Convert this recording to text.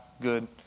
good